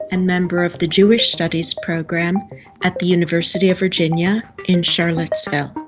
and member of the jewish studies program at the university of virginia in charlottesville.